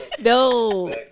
no